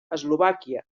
eslovàquia